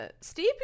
Steve